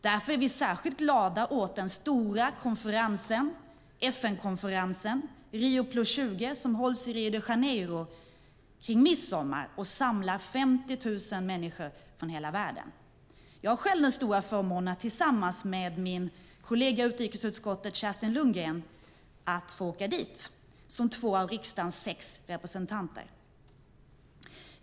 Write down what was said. Därför är vi särskilt glada åt den stora FN-konferens, Rio + 20, som hålls i Rio de Janeiro kring midsommar och samlar 50 000 personer från hela världen. Jag har själv den stora förmånen att tillsammans med min kollega i utrikesutskottet, Kerstin Lundgren, få åka dit som två av riksdagens sex representanter.